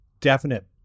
definite